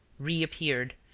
reappeared,